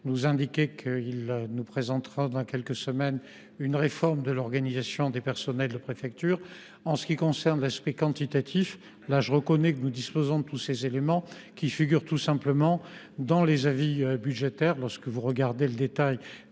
annoncer qu’il nous présentera dans quelques semaines une réforme de l’organisation du personnel des préfectures. En ce qui concerne l’aspect quantitatif, je reconnais que nous disposons de tous les éléments ; ils figurent tout simplement dans les avis budgétaires. Lorsque vous regardez le détail